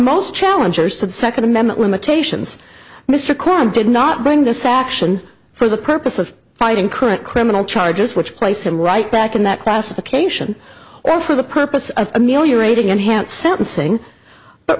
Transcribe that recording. most challengers to the second amendment limitations mr koran did not bring this action for the purpose of fighting current criminal charges which place him right back in that classification all for the purpose of ameliorating enhanced sentencing but